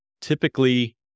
typically